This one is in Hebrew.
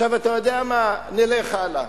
עכשיו, אתה יודע מה, נלך הלאה: